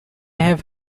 have